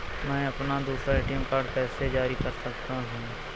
मैं अपना दूसरा ए.टी.एम कार्ड कैसे जारी कर सकता हूँ?